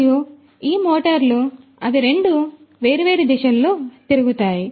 మరియు ఈ మోటార్లు అవి రెండు వేర్వేరు దిశలలో తిరుగుతాయి